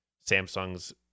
Samsung's